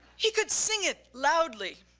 he could sing it loudly,